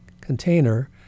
container